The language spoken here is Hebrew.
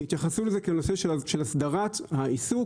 כי התייחסו לזה כנושא של הסדרת העיסוק